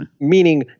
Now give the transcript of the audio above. Meaning